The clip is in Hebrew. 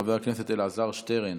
חבר הכנסת אלעזר שטרן